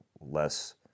less